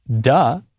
Duh